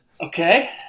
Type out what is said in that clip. Okay